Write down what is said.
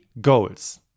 goals